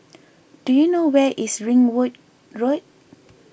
do you know where is Ringwood Road